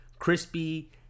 crispy